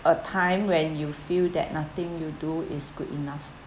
a time when you feel that nothing you do is good enough